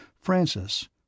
Francis